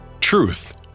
Truth